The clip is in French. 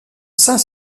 saint